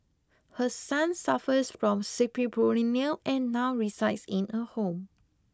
her son suffers from schizophrenia and now resides in a home